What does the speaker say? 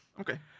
Okay